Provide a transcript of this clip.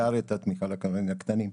בעיקר תמיכה לקבלנים הקטנים.